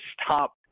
stop